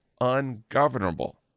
ungovernable